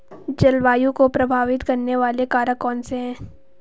जलवायु को प्रभावित करने वाले कारक कौनसे हैं?